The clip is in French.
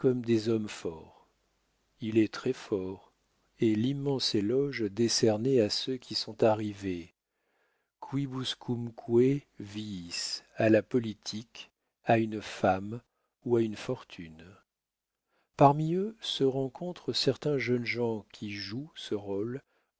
des hommes forts il est très-fort est l'immense éloge décerné à ceux qui sont arrivés quibuscumque viis à la politique à une femme ou à une fortune parmi eux se rencontrent certains jeunes gens qui jouent ce rôle